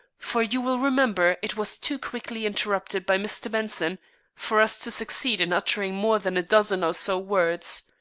for you will remember it was too quickly interrupted by mr. benson for us to succeed in uttering more than a dozen or so words.